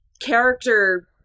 character